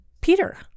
Peter